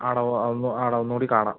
ആണോ ഒ ഒന്ന് ആണോ ഒന്നുകൂടി കാണാം